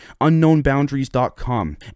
unknownboundaries.com